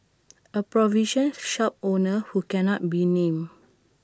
A provision shop owner who cannot be named